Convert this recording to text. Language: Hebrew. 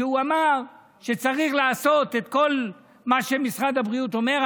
שאמר שצריך לעשות את כל מה שמשרד הבריאות אומר,